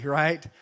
right